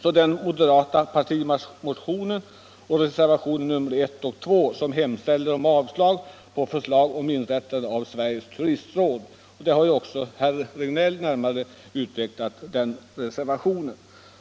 I den moderata partimotionen 1978, som fullföljs i reservationerna nr I och 2, hemställs om avslag på förslaget om inrättande av Sveriges turistråd; herr Regnéll har närmare utvecklat reservanternas resonemang.